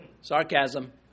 Sarcasm